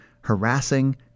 harassing